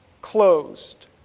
closed